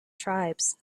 tribes